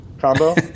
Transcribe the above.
combo